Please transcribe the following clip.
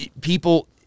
people